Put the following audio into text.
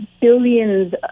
billions